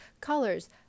colors